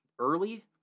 early